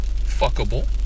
fuckable